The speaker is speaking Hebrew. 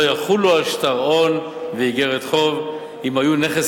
לא יחולו על שטר הון ואיגרת חוב אם היו "נכס